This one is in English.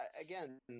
again